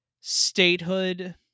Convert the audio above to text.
statehood